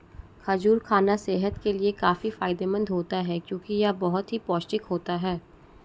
खजूर खाना सेहत के लिए काफी फायदेमंद होता है क्योंकि यह बहुत ही पौष्टिक होता है